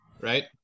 right